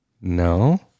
No